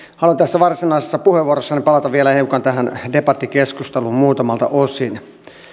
haluan tässä varsinaisessa puheenvuorossani palata vielä hiukan tähän debattikeskusteluun muutamalta osin